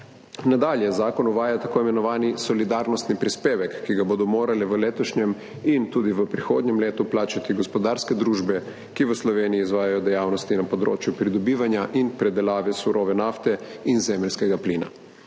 Nadalje zakon uvaja tako imenovani solidarnostni prispevek, ki ga bodo morale v letošnjem in tudi v prihodnjem letu plačati gospodarske družbe, ki v Sloveniji izvajajo dejavnosti na področju pridobivanja in predelave surove nafte in zemeljskega plina.